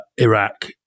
Iraq